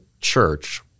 church